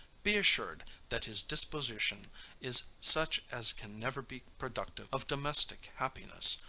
be assured, that his disposition is such as can never be productive of domestic happiness.